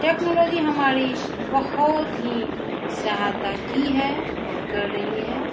technology हमारी बहुत ही सहायता की है और कर रही है